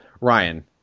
Ryan